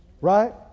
Right